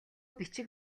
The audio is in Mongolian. бичиг